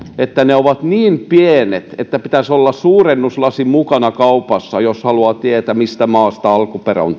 että ne ovat niin pienet että pitäisi olla suurennuslasi mukana kaupassa jos haluaa tietää mistä maasta tuote on